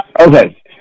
Okay